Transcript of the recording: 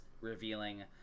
revealing